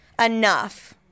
enough—